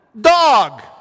dog